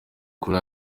kuri